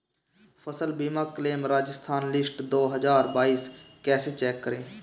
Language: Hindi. फसल बीमा क्लेम राजस्थान लिस्ट दो हज़ार बाईस कैसे चेक करें?